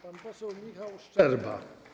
Pan poseł Michał Szczerba.